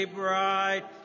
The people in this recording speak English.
bright